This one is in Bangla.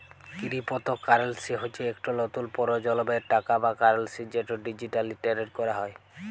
কিরিপতো কারেলসি হচ্যে ইকট লতুল পরজলমের টাকা বা কারেলসি যেট ডিজিটালি টেরেড ক্যরা হয়